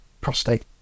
prostate